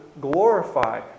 glorify